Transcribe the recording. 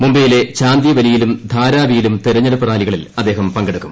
മുംബൈയിലെ ചാന്ദീവലിയിലും ധാരാവിയിലും തെരഞ്ഞെടുപ്പ് റാലികളിൽ അദ്ദേഹം പങ്കെടുക്കും